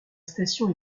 station